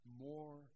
more